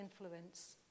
influence